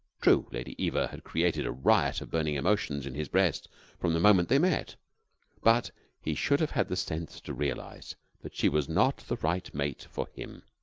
true, lady eva had created a riot of burning emotions in his breast from the moment they met but he should have had the sense to realize that she was not the right mate for him,